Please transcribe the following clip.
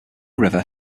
river